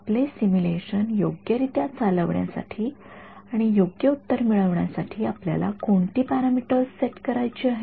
आपले सिमुलेशन योग्यरित्या चालविण्यासाठी आणि योग्य उत्तर मिळविण्यासाठी आपल्याला कोणती पॅरामीटर्स सेट करण्याची आहेत